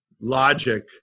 logic